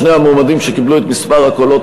שני המועמדים שקיבלו את מספר הקולות